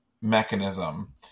mechanism